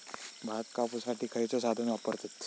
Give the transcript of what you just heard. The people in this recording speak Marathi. भात कापुसाठी खैयचो साधन वापरतत?